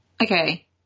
Okay